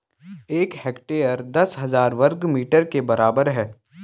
एक हेक्टेयर दस हजार वर्ग मीटर के बराबर है